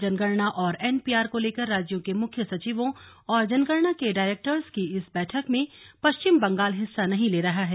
जनगणना और एनपीआर को लेकर राज्यों के मुख्य सचिवों और जनगणना के डायरेक्टर्स की इस बैठक में पश्चिम बंगाल हिस्सा नहीं ले रहा है